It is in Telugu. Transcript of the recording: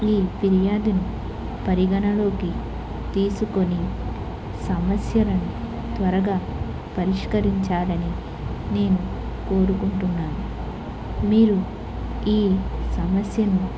ఈ ఫిర్యాదుని పరిగణలోకి తీసుకొని సమస్యలను త్వరగా పరిష్కరించాలని నేను కోరుకుంటున్నాను మీరు ఈ సమస్యను